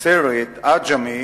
הסרט "עג'מי"